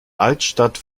altstadt